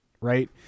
right